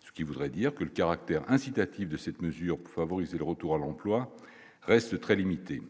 ce qui voudrait dire que le caractère incitatif de cette mesure pour favoriser le retour à l'emploi reste très limité.